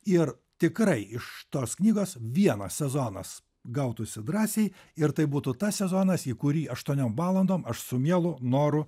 ir tikrai iš tos knygos vienas sezonas gautųsi drąsiai ir tai būtų tas sezonas į kurį aštuoniom valandom aš su mielu noru